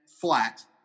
flat